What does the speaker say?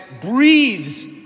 breathes